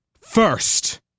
First